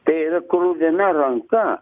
tai yra kruvina ranka